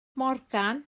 morgan